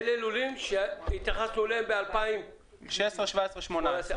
אלו לולים שהתייחסנו אליהם ב-2016, 2017 וב-2018.